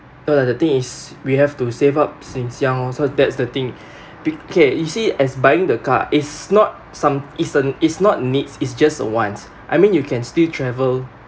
no lah the thing is we have to save up since young so that's the thing be~ okay you see it as buying the car it's not some it's a it's not needs it's just a wants I mean you can still travel